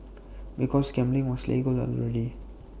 because gambling was legal already